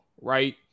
Right